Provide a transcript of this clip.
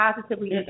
positively